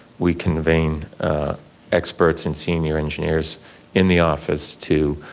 we convene experts and senior engineers in the office to